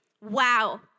Wow